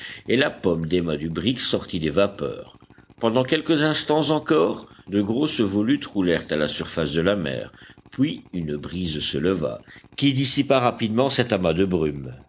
et la pomme des mâts du brick sortit des vapeurs pendant quelques instants encore de grosses volutes roulèrent à la surface de la mer puis une brise se leva qui dissipa rapidement cet amas de brumes